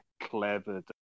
Clever